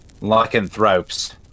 Lycanthropes